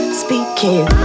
speaking